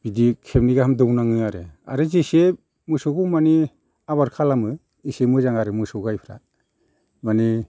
बिदि खेबनै गाहाम दौनाङो आरो आरो जेसे मोसौखौ माने आबोर खालामो एसे मोजां आरो मोसौ गायफ्रा माने